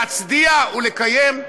להצדיע ולקיים?